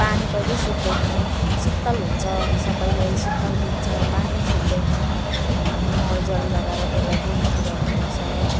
पानी कहिले सुक्दैन शीतल हुन्छ सबैलाई शीतल दिन्छ पानी सुक्दैन अनि मलजल लगाएर त्यसलाई गोडमेल गर्नुपर्छ